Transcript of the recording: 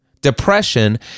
depression